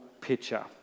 picture